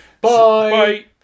Bye